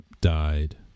died